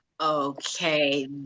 Okay